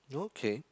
okay